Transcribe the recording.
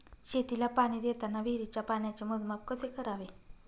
शेतीला पाणी देताना विहिरीच्या पाण्याचे मोजमाप कसे करावे?